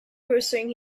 pursuing